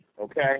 Okay